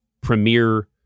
premier